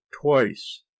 twice